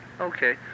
Okay